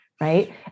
right